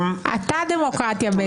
אתה דמוקרטיה.